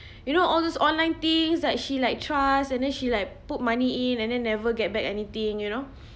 you know all those online things like she like trusts and then she like put money in and and then never get back anything you know